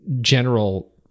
general